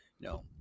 no